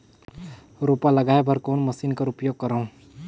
रोपा लगाय बर कोन मशीन कर उपयोग करव?